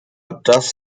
das